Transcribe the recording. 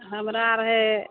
हमरा आर हइ